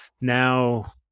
Now